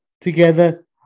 together